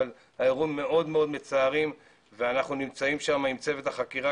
אבל האירועים מאוד מאוד מצערים ואנחנו נמצאים שם עם צוות החקירה